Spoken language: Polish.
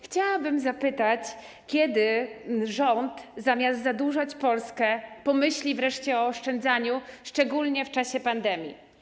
Chciałabym zapytać, kiedy rząd, zamiast zadłużać Polskę, pomyśli wreszcie o oszczędzaniu, szczególnie w czasie pandemii.